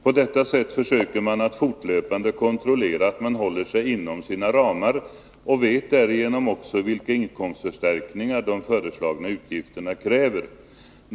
På detta sätt försöker man att fortlöpande kontrollera att man håller sig inom sina ramar och vet därigenom också vilka inkomstförstärkningar de föreslagna utgifterna kräver.